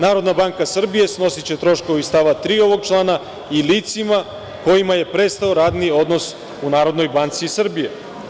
Narodna banka Srbije snosiće troškove iz stava 3. ovog člana i licima kojima je prestao radni odnos u Narodnoj banci Srbije.